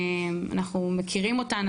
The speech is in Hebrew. אנחנו מכירים אותן,